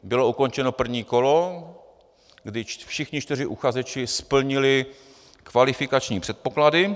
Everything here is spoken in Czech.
Bylo ukončeno první kolo, kdy všichni čtyři uchazeči splnili kvalifikační předpoklady.